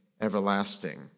everlasting